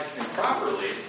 improperly